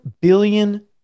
billion